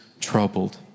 troubled